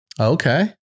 Okay